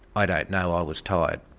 i don't know, i was tired.